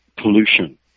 pollution